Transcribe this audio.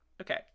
Okay